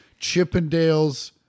Chippendales